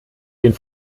den